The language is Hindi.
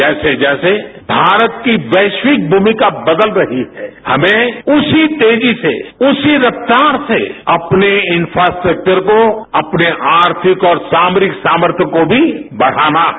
जैसे जैसे भारत की वैश्विक भूमिका बदल रही है हमें उसी तेजी से उसी रफ्तार से अपने इफ्रास्ट्रक्चर को अपने आर्थिक और सामरिक सामर्थय को भी बढ़ाना है